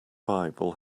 bible